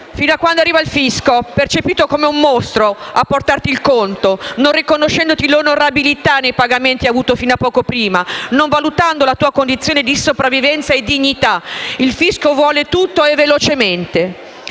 Fino a quando arriva il fisco, percepito come un mostro, a portarti il conto, non riconoscendoti l'onorabilità nei pagamenti avuta fino a poco prima, non valutando la tua condizione di sopravvivenza e dignità. Il fisco vuole tutto e velocemente.